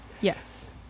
Yes